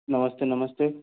नमस्ते नमस्ते